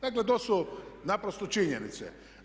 Dakle, to su naprosto činjenice.